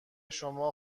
شما